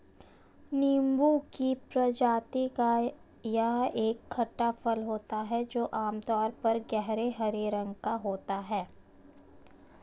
नींबू की प्रजाति का यह एक खट्टा फल होता है जो आमतौर पर गहरे हरे रंग का होता है